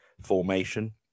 formation